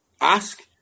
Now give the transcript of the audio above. ask